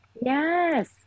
yes